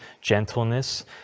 gentleness